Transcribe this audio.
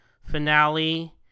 finale